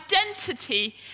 identity